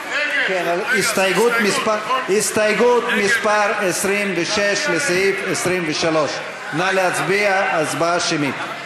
הסתייגות מס' 26, לסעיף 23. נא להצביע הצבעה שמית.